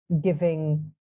giving